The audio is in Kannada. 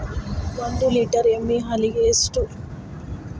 ಒಂದು ಲೇಟರ್ ಎಮ್ಮಿ ಹಾಲಿಗೆ ಎಷ್ಟು?